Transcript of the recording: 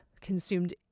consumed